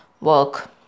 work